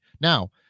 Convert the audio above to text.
Now